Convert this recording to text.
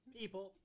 people